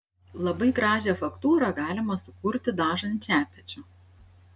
labai gražią faktūrą galima sukurti dažant šepečiu